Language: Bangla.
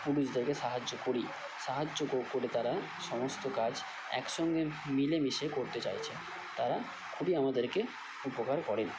পুরুষদেরকে সাহায্য করি সাহায্য করে তারা সমস্ত কাজ একসঙ্গে মিলেমিশে করতে চাইছে তারা খুবই আমাদেরকে উপকার করেন